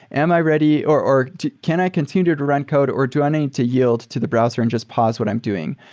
am i ready or or can i continue to run code or do i need to yield to the browser and just pause what i'm doing?